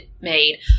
made